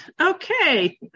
Okay